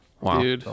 Wow